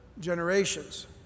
generations